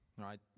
right